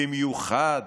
במיוחד